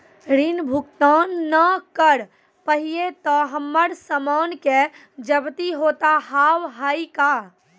ऋण भुगतान ना करऽ पहिए तह हमर समान के जब्ती होता हाव हई का?